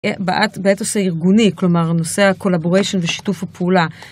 באתוס הארגוני, כלומר נושא הקולבוריישן ושיתוף הפעולה.